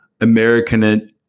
American